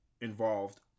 involved